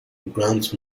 grant